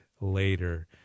later